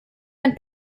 ein